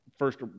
First